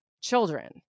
children